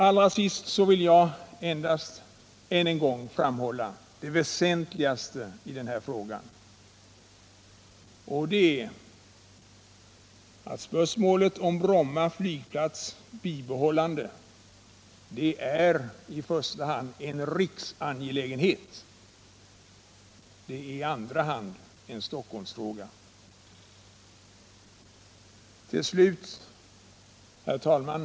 Allra sist vill jag endast än en gång framhålla det väsentligaste i detta ärende. Det är att frågan om Bromma flygplats bibehållande i första hand är en riksangelägenhet och i andra hand en Stockholmsfråga. Herr talman!